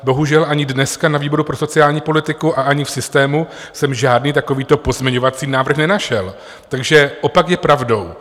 Bohužel, ani dneska na výboru pro sociální politiku, ani v systému jsem žádný takovýto pozměňovací návrh nenašel, takže opak je pravdou.